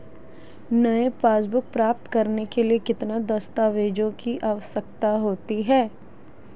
नई पासबुक प्राप्त करने के लिए किन दस्तावेज़ों की आवश्यकता होती है?